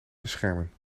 beschermen